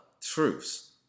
truths